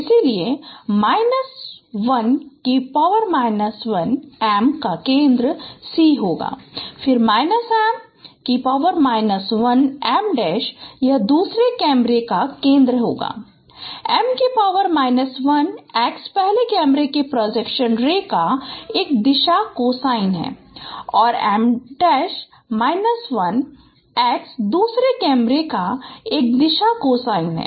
इसलिए M 1m का केंद्र C होगा फिर M 1m यह दूसरे कैमरे का केंद्र होगा M 1x पहले कैमरे के प्रोजेक्शन रे का एक दिशा कोसाइन है और M 1x दूसरे कैमरे का एक दिशा कोसाइन है